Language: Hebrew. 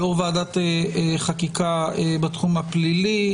יו"ר ועדת החקיקה בתחום הפלילי